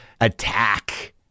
attack